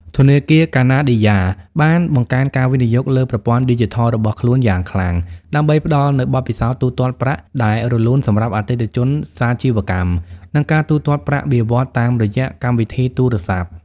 ធនាគារកាណាឌីយ៉ា (Canadia )បានបង្កើនការវិនិយោគលើប្រព័ន្ធឌីជីថលរបស់ខ្លួនយ៉ាងខ្លាំង ដើម្បីផ្ដល់នូវបទពិសោធន៍ទូទាត់ប្រាក់ដែលរលូនសម្រាប់អតិថិជនសាជីវកម្ម និងការទូទាត់ប្រាក់បៀវត្សរ៍តាមរយៈកម្មវិធីទូរស័ព្ទ។